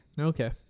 Okay